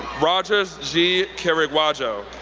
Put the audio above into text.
rogers g. kiriggwajjo,